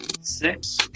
six